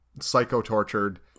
psycho-tortured